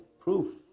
proof